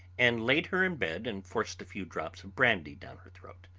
and laid her in bed and forced a few drops of brandy down her throat.